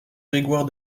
grégoire